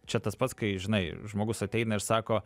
čia tas pats kai žinai žmogus ateina ir sako